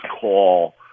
call